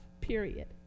period